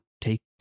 take